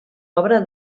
obra